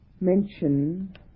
mention